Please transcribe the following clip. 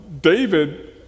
David